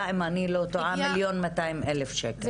אם אני לא טועה היו 1,200,000 שקל.